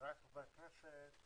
חבריי חברי הכנסת,